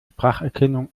spracherkennung